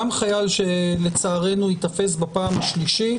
גם חייל שלצערנו ייתפס בפעם השלישית